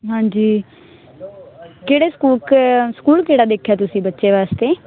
ਹਾਂਜੀ ਕਿਹੜੇ school school ਕਿਹੜਾ ਦੇਖਿਆ ਤੁਸੀਂ ਬੱਚੇ ਵਾਸਤੇ